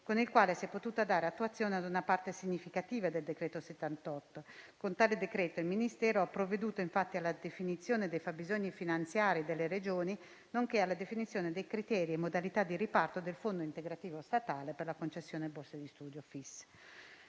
con il quale si è potuto dare attuazione a una parte significativa del citato decreto legislativo n. 68. Con tale decreto il Ministero ha provveduto infatti alla definizione dei fabbisogni finanziari delle Regioni, nonché alla definizione dei criteri e modalità di riparto del Fondo integrativo statale per la concessione di borse di studio (FIS).